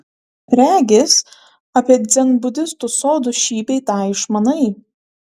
regis apie dzenbudistų sodus šį bei tą išmanai